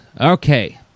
Okay